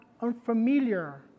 unfamiliar